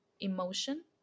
emotion